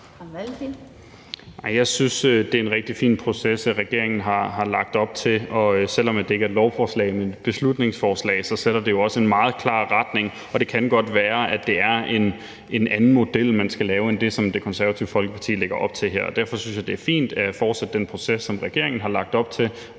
Nej, jeg synes, det er en rigtig fin proces, regeringen har lagt op til. Og selv om det ikke er et lovforslag, men et beslutningsforslag, så sætter det jo også en meget klar retning. Det kan godt være, at det er en anden model, man skal lave, end det, som Det Konservative Folkeparti lægger op til her, og derfor synes jeg, det er fint at fortsætte den proces, som regeringen har lagt op til